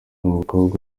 umukobwa